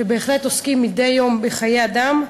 שבהחלט עוסקים מדי יום בחיי אדם.